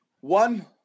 One